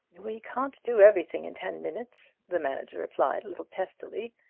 we can't do everything in ten minutes! the manager replied, a little testily.